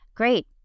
Great